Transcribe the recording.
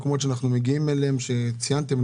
שזה יהיה משהו שמגיעים אליו פעם